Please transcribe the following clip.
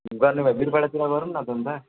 गर्ने भए वीरपाडातिर गरौँ न त अन्त